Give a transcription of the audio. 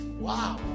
wow